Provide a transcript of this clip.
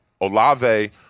Olave